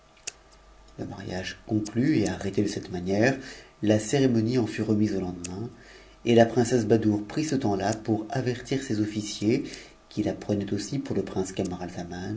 le mariage conclu et arrêté de cette manière la cérémonie ett lin remise au lendemain et la princesse badoure prit ce temps-là pour tir ses ofbciers qui la prenaient aussi pour le prince